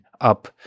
up